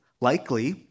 likely